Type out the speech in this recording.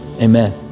Amen